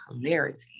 clarity